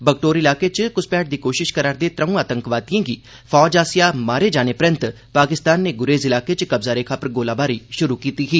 बगटोर ईलाके च घुसपैठ दी कोशिश करै'रदे त्र'ऊ आतंकवादियें गी फौज आस्सेआ मारे जाने परैंत पाकिस्तान नै गुरेज ईलाकें च कब्जा रेखा पर गोलाबारी शुरू करी दित्ती ही